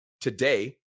today